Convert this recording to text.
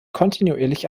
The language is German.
kontinuierlich